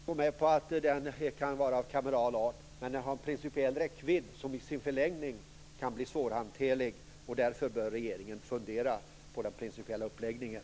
Fru talman! Jag kan gå med på att frågan kan vara av kameral art. Men den har en principiell räckvidd som i sin förlängning kan bli svårhanterlig. Därför bör regeringen fundera på den principiella uppläggningen.